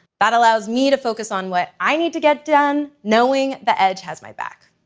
that allows me to focus on what i need to get done, knowing that edge has my back.